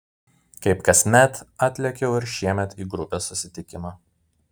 kaip kasmet atlėkiau ir šiemet į grupės susitikimą